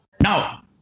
Now